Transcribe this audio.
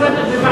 בוועדת הכספים,